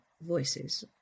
voices